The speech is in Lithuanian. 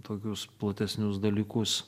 tokius platesnius dalykus